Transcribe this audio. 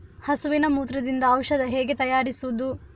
ಹಸುವಿನ ಮೂತ್ರದಿಂದ ಔಷಧ ಹೇಗೆ ತಯಾರಿಸುವುದು?